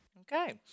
Okay